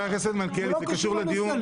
זה לא קשור לנושא.